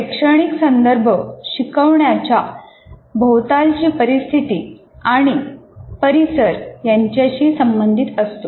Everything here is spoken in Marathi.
शैक्षणिक संदर्भ शिकवण्याच्या भोवतालची परिस्थिती आणि परिसर यांच्याशी संबंधित असतात